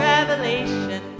Revelation